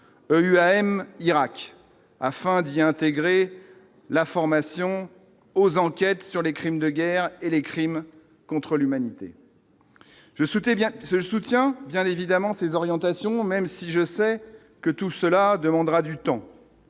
EUTM Irak afin d'y intégrer la formation aux enquêtes sur les crimes de guerre et les crimes contre l'humanité, je soutiens, bien que ce soutien, bien évidemment, ces orientations, même si je sais que tout cela demandera du temps